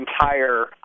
entire